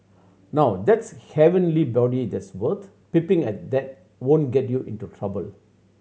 now that's heavenly body that's worth peeping at that won't get you into trouble